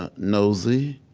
ah nosy,